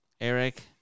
Eric